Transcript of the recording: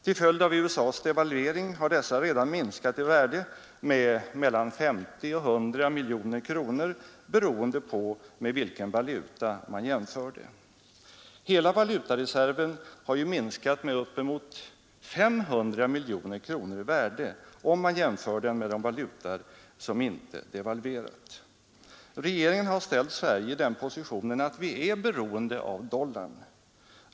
Till följd av USA:s devalvering har dessa redan minskat i värde med mellan 50 och 100 miljoner kronor beroende på med vilken valuta man jämför. Hela valutareserven har ju minskat i värde med närmare 500 miljoner kronor jämfört med de valutor som inte devalverats. Regeringen har ställt Sverige i den positionen att vi är beroende av dollarn.